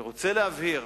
אני רוצה להבהיר,